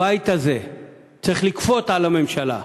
הבית הזה צריך לכפות על הממשלה,